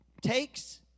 takes